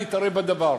להתערב בדבר.